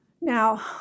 Now